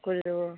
করে দেবো